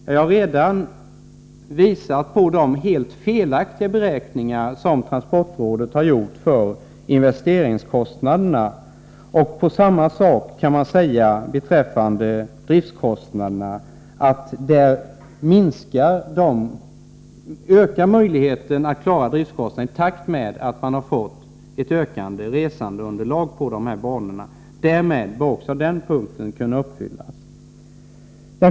Jag har redan visat på de alldeles felaktiga beräkningar som transportrådet har gjort för investeringskostnaderna. Samma sak kan man säga beträffande driftskostnaderna. Möjligheten att klara driftskostnaderna ökar i takt med att man har fått ett ökat resandeunderlag på de här banorna. Därmed bör också den punkten kunna uppfyllas.